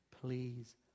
please